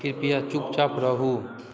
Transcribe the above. कृपया चुप चाप रहू